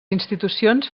institucions